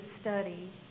study